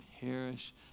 perish